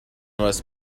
most